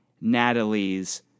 Natalie's